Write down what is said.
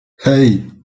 hey